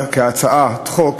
אדוני היושב-ראש,